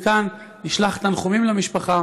מכאן נשלח תנחומים למשפחה